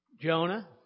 Jonah